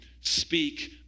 speak